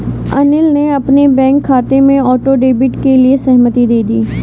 अनिल ने अपने बैंक खाते में ऑटो डेबिट के लिए सहमति दे दी